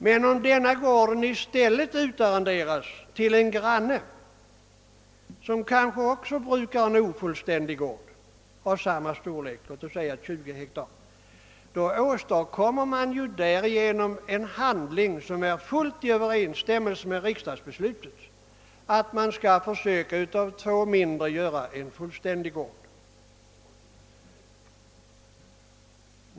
Men om denna gård 1 stället utarrenderas till en granne som kanske brukar en ofullständig egendom av samma storlek, låt oss säga på 20 hektar, åstadkommer man därigenom en anordning, som är fullt i överensstämmelse med riksdagsbeslutet att man skall försöka att av två mindre göra ex fullständig egendom.